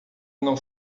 não